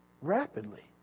Rapidly